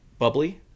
Bubbly